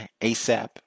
ASAP